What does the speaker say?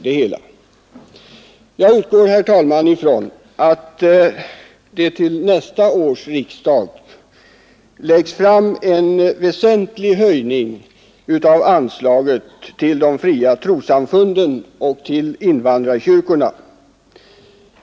Jag räknar med, herr talman, att det till nästa års riksdag läggs fram förslag om en väsentlig höjning av anslaget till de fria trossamfunden och invandrarkyrkorna.